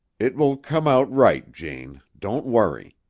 it will come out right, jane. don't worry,